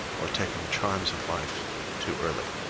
or taken the charms of life too early.